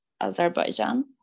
Azerbaijan